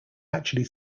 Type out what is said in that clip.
actually